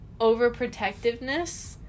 overprotectiveness